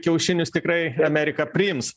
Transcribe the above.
kiaušinius tikrai amerika priims